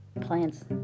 plants